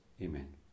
Amen